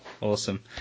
Awesome